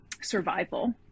survival